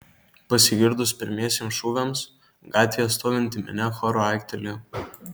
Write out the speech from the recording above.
pasigirdus pirmiesiems šūviams gatvėje stovinti minia choru aiktelėjo